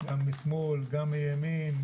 גם משמאל וגם מימין,